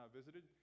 visited